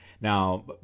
Now